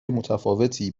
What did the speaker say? متفاوتی